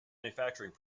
manufacturing